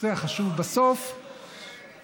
יכול להימשך טוב אחרי ההתחלה.